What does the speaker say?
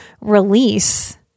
release